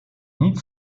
nic